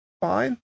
fine